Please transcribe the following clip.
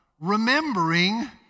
remembering